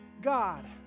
God